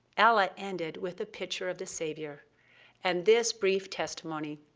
ella ended with a picture of the savior and this brief testimony